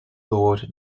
lord